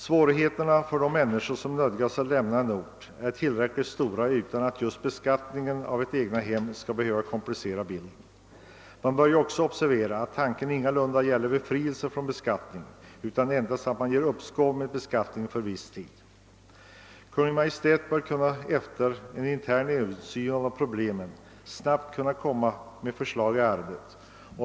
Svårigheterna för de människor som nödgas flytta från en ort är tillräckligt stora utan att beskattningen av ett egnahem skall komplicera förhållandena. Det bör också observeras att det här inte gäller befrielse från beskattning utan endast ett uppskov med beskattningen för viss tid. Kungl. Maj:t bör efter en översyn av problemen snabbt kunna framlägga förslag i ärendet.